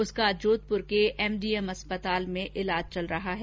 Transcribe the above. उसका जोधपुर के एमडीएम अस्पताल में इलाज चल रहा है